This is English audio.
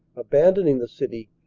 abandoning the city,